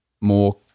more